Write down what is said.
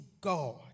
God